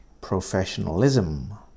Professionalism